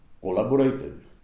Collaborated